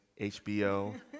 HBO